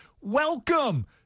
Welcome